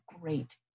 great